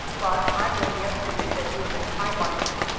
but i learned yesterday that he is a high-binder,